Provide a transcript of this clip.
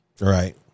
right